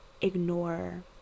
ignore